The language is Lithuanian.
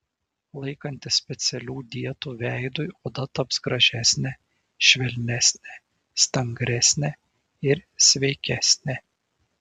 laikantis specialių dietų veidui oda taps gražesnė švelnesnė stangresnė ir sveikesnė